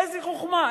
איזו חוכמה?